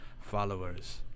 followers